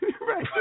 Right